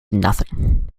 nothing